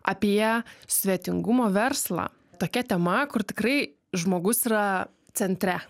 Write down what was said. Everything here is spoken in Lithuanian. apie svetingumo verslą tokia tema kur tikrai žmogus yra centre